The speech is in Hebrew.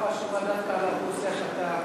חשובה דווקא לאוכלוסייה שאתה,